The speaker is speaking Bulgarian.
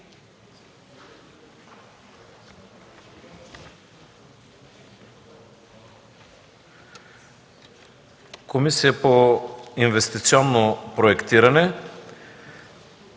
Комисията по инвестиционно проектиране,